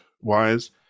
wise